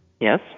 Yes